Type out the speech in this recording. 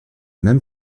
mêmes